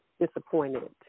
Disappointed